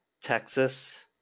Texas